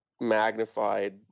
magnified